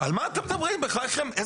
להגדיר מוקד סיכון זה